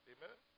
Amen